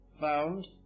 found